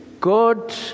God